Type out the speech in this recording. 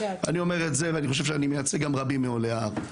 אני אומר את זה ואני חושב שאני מייצג רבים מעולי ההר.